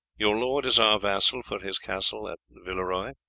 your lord is our vassal for his castle at villeroy?